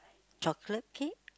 chocolate cake